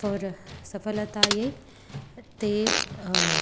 four सफलतायै ते